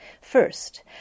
First